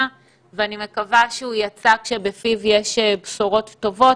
ואני מקווה שהוא יצא כשבפיו יש בשורות טובות,